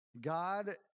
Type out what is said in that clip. God